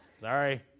Sorry